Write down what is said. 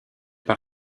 par